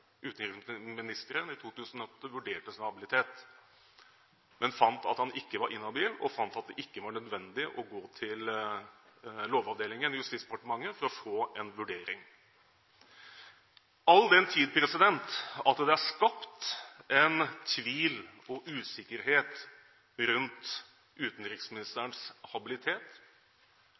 utenriksministeren i 2008 vurderte sin habilitet, men fant at han ikke var inhabil, og fant at det ikke var nødvendig å gå til Lovavdelingen i Justisdepartementet for å få en vurdering. All den tid det er skapt en tvil og usikkerhet rundt utenriksministerens habilitet,